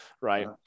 right